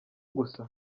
gusa